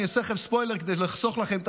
אני אעשה לכם ספוילר כדי לחסוך לכם את